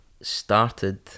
started